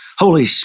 Holy